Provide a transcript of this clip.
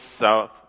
south